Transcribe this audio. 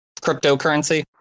cryptocurrency